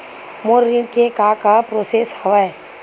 मोर ऋण के का का प्रोसेस हवय?